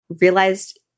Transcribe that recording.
realized